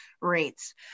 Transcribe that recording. rates